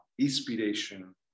inspiration